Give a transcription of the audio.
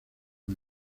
una